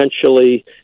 potentially